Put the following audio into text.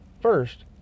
first